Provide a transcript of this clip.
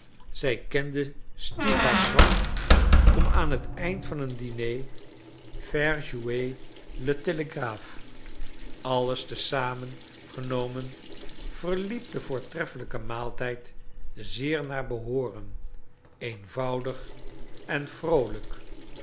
zij kende stiwa's zwak om aan het eind van een diner faire jouer le télégraphe alles te zamen genomen verliep de voortreffelijke maaltijd zeer naar behooren eenvoudig en vroolijk